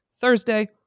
Thursday